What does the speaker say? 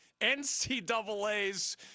NCAA's